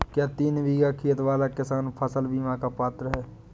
क्या तीन बीघा खेत वाला किसान फसल बीमा का पात्र हैं?